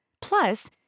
Plus